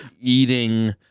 eating